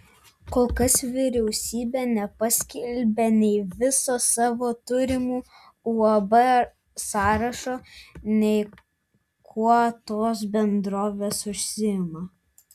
kol kas vyriausybė nepaskelbė nei viso savo turimų uab sąrašo nei kuo tos bendrovės užsiima